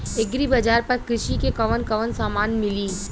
Agri बाजार पर कृषि के कवन कवन समान मिली?